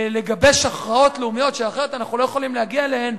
לגבש הכרעות לאומיות שאחרת אנחנו לא יכולים להגיע אליהן,